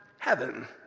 heaven